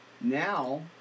Now